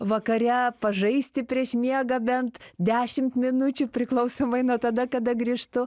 vakare pažaisti prieš miegą bent dešimt minučių priklausomai nuo tada kada grįžtu